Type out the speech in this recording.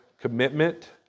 commitment